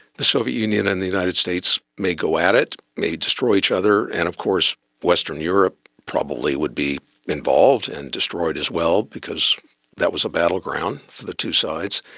the soviet union and the united states may go at it, may destroy each other, and of course western europe probably would be involved and destroyed as well because that was the battleground for the two sides.